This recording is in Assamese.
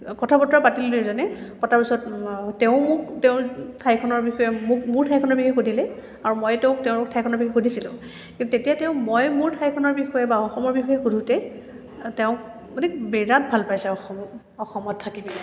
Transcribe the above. কথা বতৰা পাতিলোঁ দুয়োজনে পতাৰ পিছত তেওঁ মোক তেওঁৰ ঠাইখনৰ বিষয়ে মোক মোৰ ঠাইখনৰ বিষয়ে সুধিলে আৰু মই তেওঁক তেওঁৰ ঠাইখনৰ বিষয়ে সুধিছিলোঁ কিন্তু তেতিয়া তেওঁ মই মোৰ ঠাইখনৰ বিষয়ে বা অসমৰ বিষয়ে সোধোঁতে তেওঁক মানে বিৰাট ভাল পাইছে অসমক অসমত থাকি পেলাই